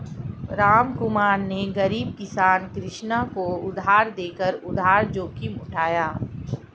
रामकुमार ने गरीब किसान कृष्ण को उधार देकर उधार जोखिम उठाया